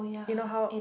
you know how